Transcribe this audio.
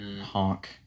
honk